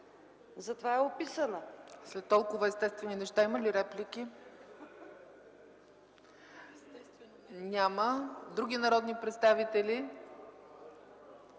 ЦЕЦКА ЦАЧЕВА: След толкова естествени неща, има ли реплики? Няма. Други народни представители?